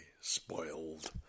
spoiled